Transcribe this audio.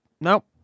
Nope